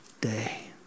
day